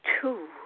two